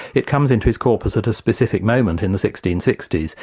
it comes into his corpus at a specific moment in the sixteen sixty s.